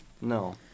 No